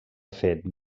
fet